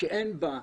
- שאין בה מעגנה,